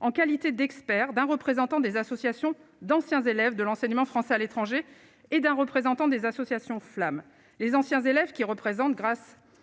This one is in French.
en qualité d'expert, d'un représentant des associations d'anciens élèves de l'enseignement français à l'étranger et d'un représentant des associations flammes les anciens élèves qui représentent grâce à